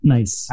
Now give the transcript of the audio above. Nice